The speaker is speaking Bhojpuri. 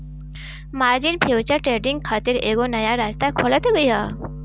मार्जिन फ्यूचर ट्रेडिंग खातिर एगो नया रास्ता खोलत बिया